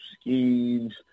schemes